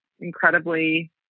incredibly